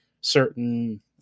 certain